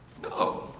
No